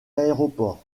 aéroport